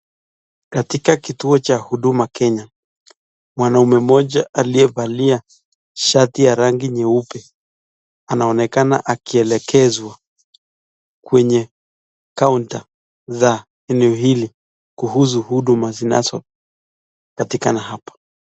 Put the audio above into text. Katika kituo cha huduma Kenya, mwanaume mmoja aliyevalia shati ya rangi nyeupe anaonekana akielekezwa kwenye kaunta za eneo hili kuhusu huduma zinazopatikana hapa.